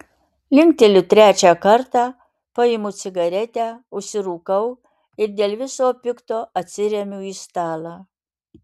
linkteliu trečią kartą paimu cigaretę užsirūkau ir dėl viso pikto atsiremiu į stalą